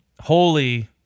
holy